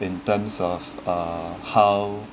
in terms of uh how